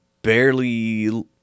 barely